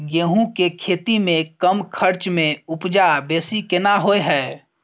गेहूं के खेती में कम खर्च में उपजा बेसी केना होय है?